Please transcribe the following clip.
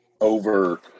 over